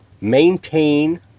maintain